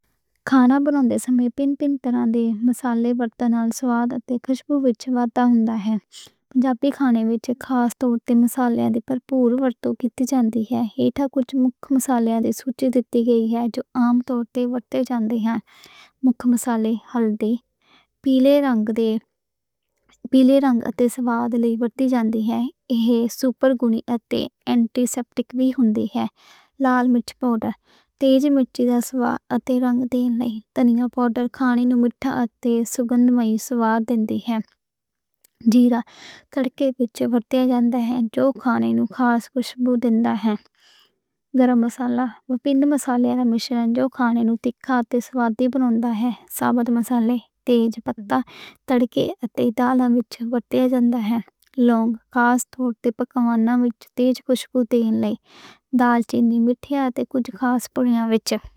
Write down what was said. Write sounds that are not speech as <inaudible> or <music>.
کھانا بناؤن دے سمیں پئیں پین تے رنّتے جے مصالحے ورتن نال سواد تے خوشبو بہتر ہوندا ہے۔ پنجابی کھانیاں وچ وکھ وکھ طرح دے بوہتے مصالحے آدی دی پُرپور ورتوں کِتی جاندی ہے۔ اتھے کُجھ مکھ مصالحے دی سوچھی دِتّی گئی ہے۔ جو عام طور تے ورتے جاندے ہن۔ ہلدی پیلا رنگ دے، سواد لئی ورتی جاندی ہے۔ ایہ سپر گُڈ اتے اینٹی سیپٹک وی ہندی ہے۔ لال مرچ پاؤڈر تیز مرچی دا سواد تے رنگ لئی، پاؤڈر کھانے نوں تیکھا تے سواد دیندی ہے۔ <hesitation> جیرا تڑکے وچ بھُنیا جاندا ہے۔ ایہ کھانے نوں خاص خوشبو دیندا ہے۔ گرم مصالحہ اتے ہور مصالحہ دی رچنا کھانیاں نوں تیکھا تے سواد بنّن دا ہے۔ تیز پتا تڑکے ڈال کے وچ ورتیا جاندا ہے۔ لونگ خاص طور تے پکوان وچ تیز خوشبو دیندا ہے۔ دارچینی وی کُجھ خاص پکواناں وچ ورتی جاندی ہے۔